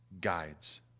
guides